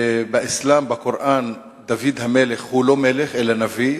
באסלאם, בקוראן, דוד המלך הוא לא מלך אלא נביא.